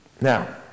Now